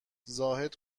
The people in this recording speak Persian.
زاهد